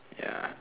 ya